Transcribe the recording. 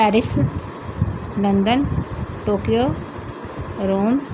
Paris London Tokyo Rome